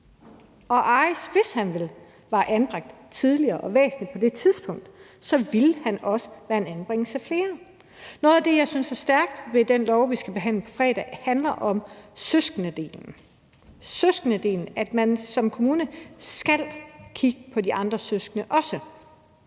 Og hvis Ariz var blevet anbragt på et væsentlig tidligere tidspunkt, ville han også have været en anbringelse mere. Noget af det, jeg synes er stærkt ved den lov, vi skal behandle på fredag, handler om søskendedelen, altså at man som kommune også skal kigge på de andre søskende.